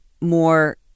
more